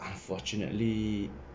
unfortunately